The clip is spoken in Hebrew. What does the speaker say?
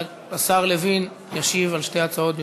השר לוין ישיב על שתי ההצעות במשותף.